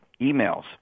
emails